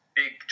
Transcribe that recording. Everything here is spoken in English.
big